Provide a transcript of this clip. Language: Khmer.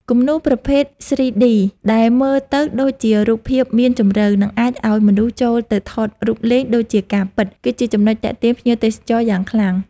គំនូរប្រភេទ 3D ដែលមើលទៅដូចជារូបភាពមានជម្រៅ និងអាចឱ្យមនុស្សចូលទៅថតរូបលេងដូចជាការពិត គឺជាចំណុចទាក់ទាញភ្ញៀវទេសចរយ៉ាងខ្លាំង។